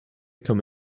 come